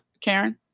Karen